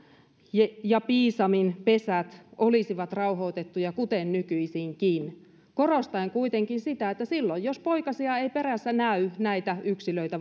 ja ja piisamin pesät olisivat rauhoitettuja kuten nykyisinkin korostaen kuitenkin sitä että silloin jos poikasia ei perässä näy näitä yksilöitä